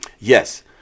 Yes